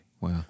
wow